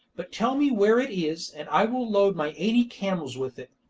but tell me where it is, and i will load my eighty camels with it,